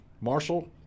Marshall